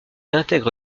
intègre